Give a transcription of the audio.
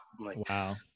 Wow